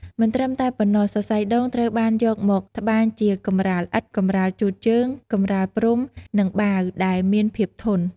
មិនត្រឹមតែប៉ុណ្ណោះ សរសៃដូងត្រូវបានយកមកត្បាញជា កម្រាលឥដ្ឋ កម្រាលជូតជើង កម្រាលព្រំ និង បាវ ដែលមានភាពធន់។